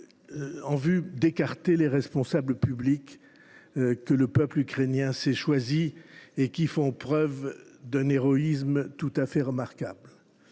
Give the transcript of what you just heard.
et pour écarter les responsables publics que le peuple ukrainien s’est choisis, et qui font preuve d’un héroïsme tout à fait remarquable.